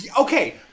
Okay